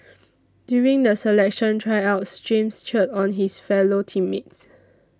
during the selection Tryouts James cheered on his fellow team mates